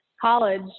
college